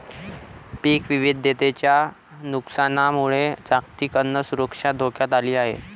पीक विविधतेच्या नुकसानामुळे जागतिक अन्न सुरक्षा धोक्यात आली आहे